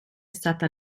stata